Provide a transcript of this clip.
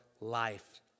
life